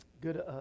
good